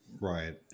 Right